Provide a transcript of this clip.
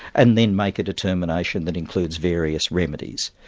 and then make a determination that includes various remedies.